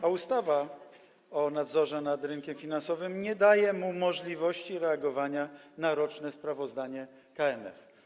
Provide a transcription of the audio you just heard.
a ustawa o nadzorze nad rynkiem finansowym nie daje mu możliwości reagowania na roczne sprawozdanie KNF.